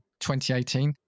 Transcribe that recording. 2018